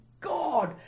god